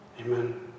Amen